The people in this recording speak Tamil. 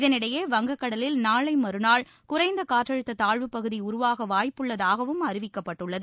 இதனிடையே வங்கக்கடலில் நாளைமறுநாள் குறைந்தகாற்றழுத்ததாழ்வுப்பகுதிஉருவாகவாய்ப்புள்ளதாகவும் அறிவிக்கப்பட்டுள்ளது